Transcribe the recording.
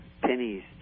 pennies